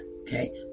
okay